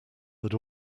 had